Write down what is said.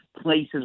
places